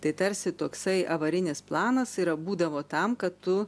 tai tarsi toksai avarinis planas yra būdavo tam kad tu